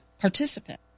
participant